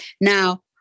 Now